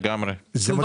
כן,